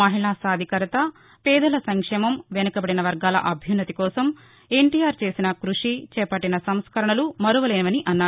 మహిళా సాధికారత పేదల సంక్షేమం వెనుకబడిన వర్గాల అభ్యున్నతి కోసం ఎన్టీఆర్ చేసిన కృషి చేపట్టిన సంస్కరణలు మరువలేనివని అన్నారు